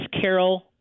Carol